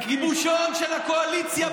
גיבושון של הקואליציה,